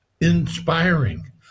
inspiring